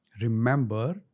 remember